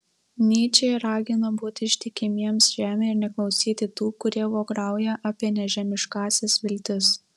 nyčė ragino būti ištikimiems žemei ir neklausyti tų kurie vograuja apie nežemiškąsias viltis